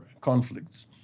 conflicts